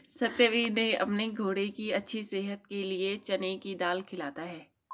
सत्यवीर ने अपने घोड़े की अच्छी सेहत के लिए चने की दाल खिलाता है